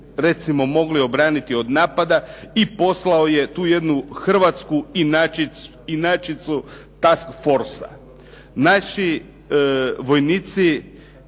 recimo mogli obraniti od napada i poslao je tu jednu hrvatsku inačicu Task Forcea. Naši vojnici,